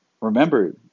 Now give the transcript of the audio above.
remember